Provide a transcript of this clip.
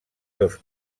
dos